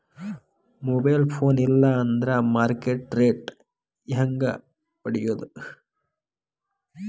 Mobile phone ಇಲ್ಲಾ ಅಂದ್ರ market rate ಹೆಂಗ್ ಪಡಿಬೋದು?